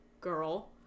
girl